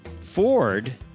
Ford